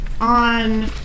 on